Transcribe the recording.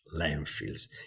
landfills